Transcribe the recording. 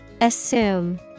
Assume